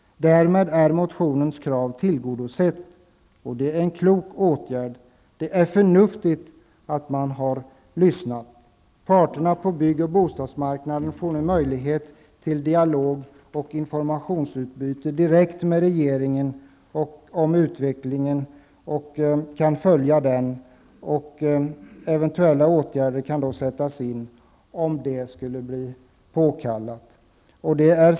Därmed är motionens krav tillgodosett, och det är en klok åtgärd. Man har alltså lyssnat, och det är förnuftigt. Parterna på bygg och bostadsmarknaden får nu möjlighet till en dialog och ett informationsutbyte direkt med regeringen om utvecklingen och kan följa denna. Eventuella åtgärder kan således sättas in, om sådana skulle vara påkallade.